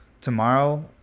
tomorrow